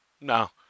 No